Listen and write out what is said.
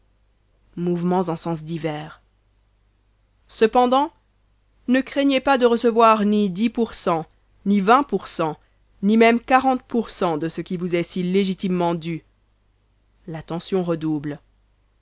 mouvement en sens divers cependant ne craignez pas de recevoir ni dix pour cent ni vingt pour cent ni même quarante pour cent de ce qui vous est si légitimement dû l'attention redouble